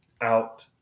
out